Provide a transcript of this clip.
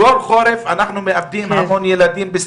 חסר לנו את שאר המאגרים.